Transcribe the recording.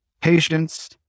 patience